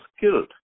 killed